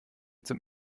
zum